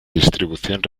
distribución